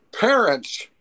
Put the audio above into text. parents